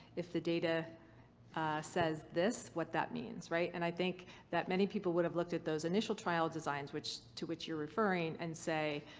if the data says, this, what that means, right? and i think that many people would've looked at those initial trial designs to which you're referring and say,